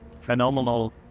phenomenal